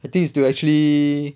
I think it's to actually